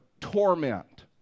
torment